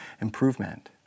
improvement